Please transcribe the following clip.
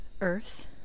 Earth